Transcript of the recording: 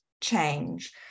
change